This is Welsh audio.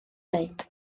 wneud